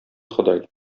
ходай